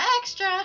extra